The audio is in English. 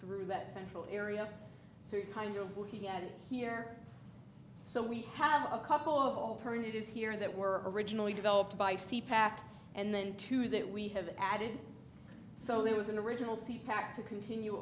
through that central area so you kind of what he had here so we have a couple of alternatives here that were originally developed by c pack and then two that we have added so there was an original c pack to continue